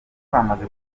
kwamaze